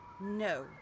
No